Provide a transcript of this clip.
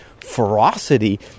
ferocity